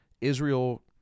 Israel